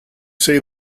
say